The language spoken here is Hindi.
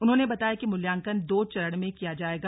उन्होंने बताया कि मूल्यांकन दो चरण में किया जायेगा